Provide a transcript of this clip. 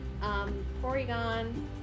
Porygon